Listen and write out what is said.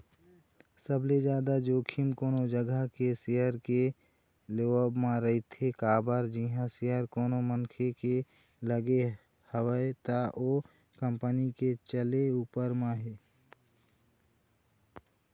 सबले जादा जोखिम कोनो जघा के सेयर के लेवब म रहिथे काबर जिहाँ सेयर कोनो मनखे के लगे हवय त ओ कंपनी के चले ऊपर म हे